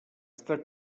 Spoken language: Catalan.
estat